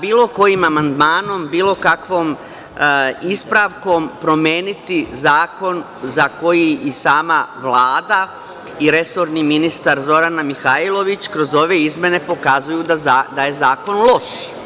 bilo kojim amandmanom, bilo kakvom ispravkom promeniti zakon za koji i sama Vlada i resorni ministar, Zorana Mihajlović, kroz ove izmene pokazuju da je zakon loš.